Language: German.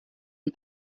und